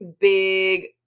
big